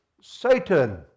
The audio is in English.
Satan